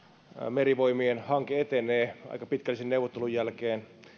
merivoimien hanke etenee aika pitkällisen neuvottelun jälkeen